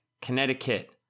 Connecticut